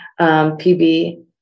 PB